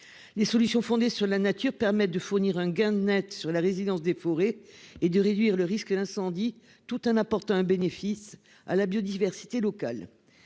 Ces solutions permettent de bénéficier d'un gain net sur la résilience des forêts et de réduire le risque d'incendie, tout en apportant un bénéfice à la biodiversité locale.